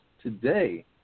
Today